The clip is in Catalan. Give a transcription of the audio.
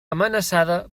amenaçada